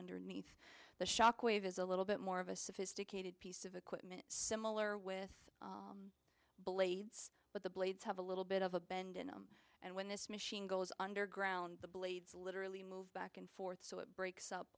underneath the shockwave is a little bit more of a sophisticated piece of equipment similar with blades but the blades have a little bit of a bend in them and when this machine goes underground the blades literally move back and forth so it breaks up